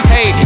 Hey